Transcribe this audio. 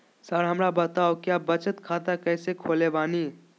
Sir हमरा बताओ क्या बचत खाता कैसे खोले बानी?